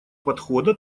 подхода